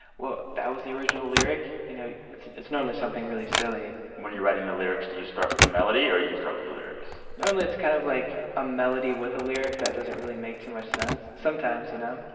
whoa, that was the original lyric? you know, it's it's normally something really silly when you're writing the lyrics, do you start with the melody or you start with the lyrics? normally, it's kind of, like, a melody with a lyric that doesn't really make too much sense sometimes, you know?